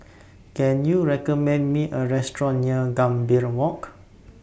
Can YOU recommend Me A Restaurant near Gambir Walk